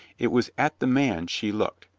it was at the man she looked,